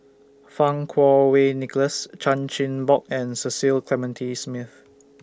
Fang Kuo Wei Nicholas Chan Chin Bock and Cecil Clementi Smith